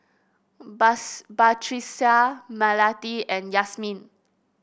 Bus Batrisya Melati and Yasmin